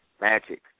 magic